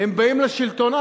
הם באים לשלטון.